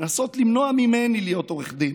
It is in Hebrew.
לנסות למנוע ממני להיות עורך דין,